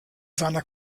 seiner